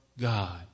God